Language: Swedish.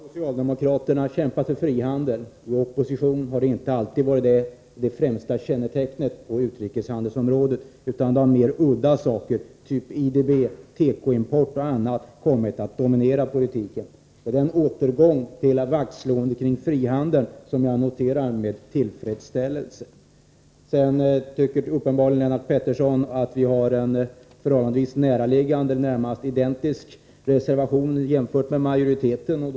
Herr talman! I regeringsställning har socialdemokraterna kämpat för frihandel. I opposition har detta inte alltid varit det främsta kännetecknet för dem på utrikeshandelsområdet. Mer udda saker, typ IDB, tekoimport och annat har då kommit att dominera politiken. Det är en återgång till vaktslåendet om frihandeln som jag noterar med tillfredsställelse. Sedan tycker Lennart Pettersson uppenbarligen att vi har en näraliggande, närmast identisk reservation jämfört med majoritetens förslag.